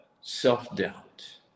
self-doubt